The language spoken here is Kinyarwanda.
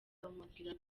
bamubwira